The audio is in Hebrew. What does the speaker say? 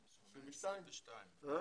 זה 22 עובדים.